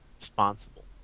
Responsible